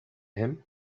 him